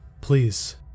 please